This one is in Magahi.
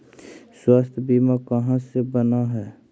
स्वास्थ्य बीमा कहा से बना है?